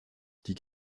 die